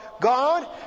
God